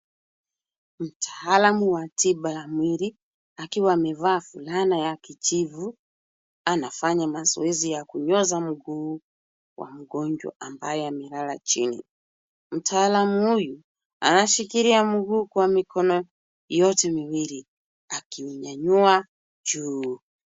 Mtaalamu wa tiba ya mwili , akiwa amevaa fulana ya kijivu, anafanya mazoezi ya kunyoosha mguu wa mgonjwa ambaye amelala chini. Mtaalamu huyu, anashikilia miguu kwa mikono yote miwili akiunyanyua juu.